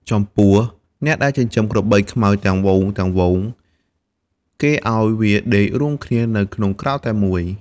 ចំពោះអ្នកដែលចិញ្ចឹមក្របីខ្មៅទាំងហ្វូងៗ គេឱ្យវាដេករួមគ្នានៅក្នុងក្រោលតែមួយ។